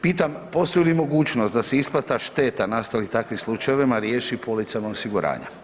Pitam postoji li mogućnost da se isplata šteta nastalih takvim slučajevima riješi policama osiguranja?